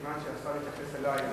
מכיוון שהשר התייחס אלי.